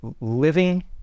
living